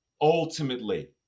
ultimately